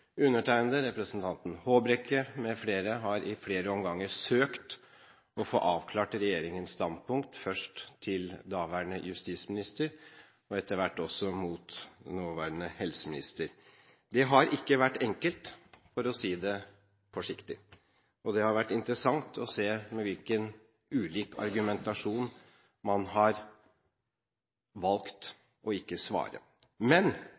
Undertegnede, representanten Håbrekke mfl. har i flere omganger søkt å få avklart regjeringens standpunkt, først hos daværende justisminister og etter hvert også hos nåværende helseminister. Det har ikke vært enkelt, for å si det forsiktig. Det har vært interessant å se hvor ulik argumentasjon man har brukt for ikke å svare, men